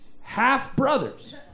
half-brothers